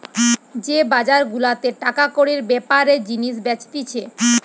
যে বাজার গুলাতে টাকা কড়ির বেপারে জিনিস বেচতিছে